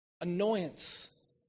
Annoyance